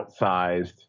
outsized